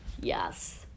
Yes